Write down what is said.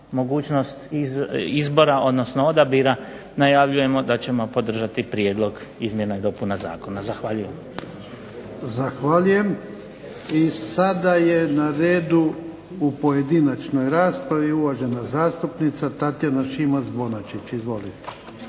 mogućnost izbora, odnosno odabira. Najavljujemo da ćemo podržati prijedlog izmjena i dopuna zakona. Zahvaljujem. **Jarnjak, Ivan (HDZ)** I sada je na redu u pojedinačnoj raspravi uvažena zastupnica Tatjana Šimac-Bonačić. Izvolite.